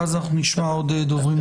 ואז נשמע עוד דוברים.